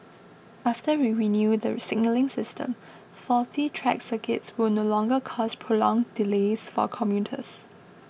after we renew the signalling system faulty track circuits will no longer cause prolonged delays for commuters